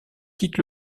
quitte